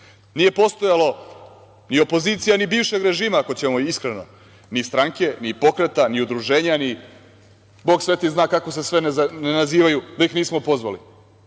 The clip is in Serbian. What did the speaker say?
domu. Nije postojala ni opozicija ni bivšeg režima ako ćemo iskreno, ni stranke, ni pokreta, ni udruženja, ni Bog sveti zna kako se ne nazivaju, da ih nismo pozvali.